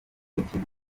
ikintu